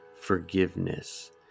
forgiveness